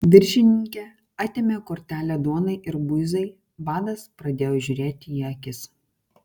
viršininkė atėmė kortelę duonai ir buizai badas pradėjo žiūrėti į akis